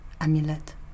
Amulet